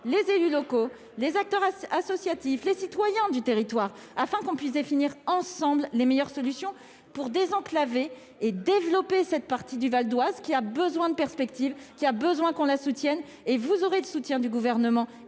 les élus locaux, les acteurs associatifs et les citoyens du territoire, afin de définir, ensemble, les meilleures solutions pour désenclaver et développer cette partie du Val-d'Oise, qui a besoin de perspectives et de soutien. Ce n'est pas la question ! Vous aurez le soutien du Gouvernement